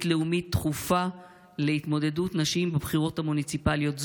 לאומית דחופה להתמודדות נשים בבחירות המוניציפליות.